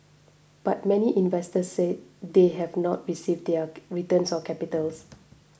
but many investors said they have not received their returns or capital